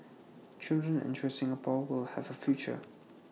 children ensure Singapore will have A future